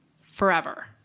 Forever